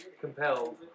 compelled